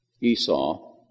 Esau